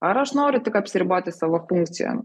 ar aš noriu tik apsiriboti savo funkcijom